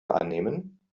annehmen